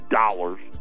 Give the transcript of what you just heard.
dollars